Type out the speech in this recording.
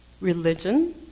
Religion